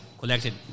Collected